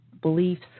beliefs